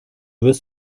wirst